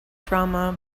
drama